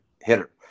hitter